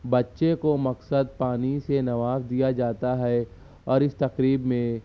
بچے کو مقصد پانی سے نواز دیا جاتا ہے اور اس تقریب میں